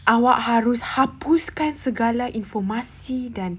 awak harus hapuskan segala informasi dan